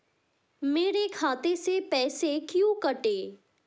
मेरे खाते से पैसे क्यों कटे?